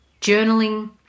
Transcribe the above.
Journaling